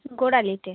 গোড়ালিতে